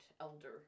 elder